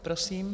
Prosím.